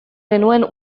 genuen